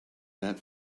that